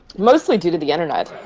mostly due to the internet.